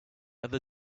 other